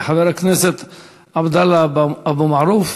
תודה לחבר הכנסת עבדאללה אבו מערוף.